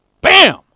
Bam